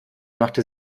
machte